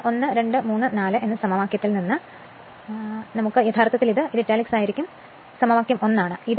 അതിനാൽ 1 2 3 4 എന്ന സമവാക്യത്തിൽ നിന്ന് യഥാർത്ഥത്തിൽ ഇത് ഇത് ഇറ്റാലിക് ആയിരിക്കും ഇത് യഥാർത്ഥത്തിൽ സമവാക്യം 1 ആണ്